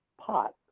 pot